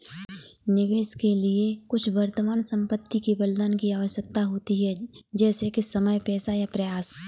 निवेश के लिए कुछ वर्तमान संपत्ति के बलिदान की आवश्यकता होती है जैसे कि समय पैसा या प्रयास